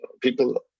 people